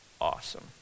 Awesome